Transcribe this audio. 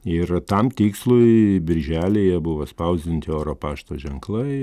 ir tam tikslui birželį jie buvo atspausdinti oro pašto ženklai